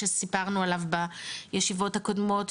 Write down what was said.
שסיפרנו עליו בישיבות הקודמות,